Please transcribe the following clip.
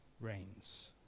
reigns